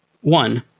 One